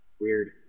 Weird